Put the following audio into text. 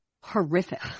horrific